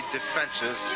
defensive